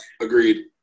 agreed